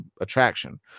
attraction